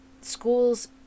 schools